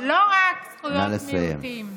לא רק זכויות מיעוטים.